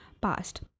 past